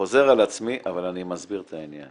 חוזר על עצמי, אבל אני מסביר את העניין,